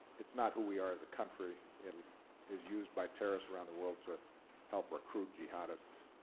it's not who we are as a country. it is used by terrorists around the world to help recruit jihadists.